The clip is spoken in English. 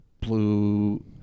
blue